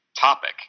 topic